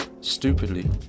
stupidly